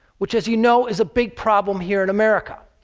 which, as you know, is a big problem here in america.